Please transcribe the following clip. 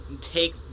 take